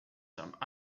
some